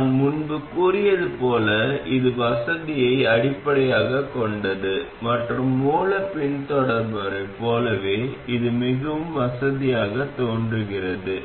நான் முன்பு கூறியது போல் இது வசதியை அடிப்படையாகக் கொண்டது மற்றும் மூலப் பின்தொடர்பவரைப் போலவே இது மிகவும் வசதியாகத் தோன்றுகிறது